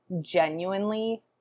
genuinely